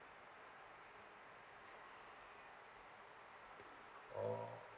oh